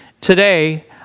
Today